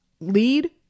lead